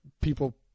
people